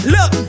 Look